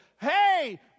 hey